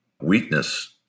weakness